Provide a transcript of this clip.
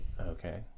okay